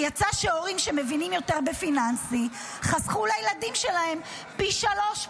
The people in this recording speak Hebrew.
כי יצא שהורים שמבינים יותר בפיננסים חסכו לילדים שלהם פי שלושה,